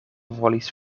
volis